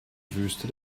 wüste